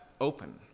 open